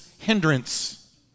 hindrance